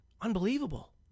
Unbelievable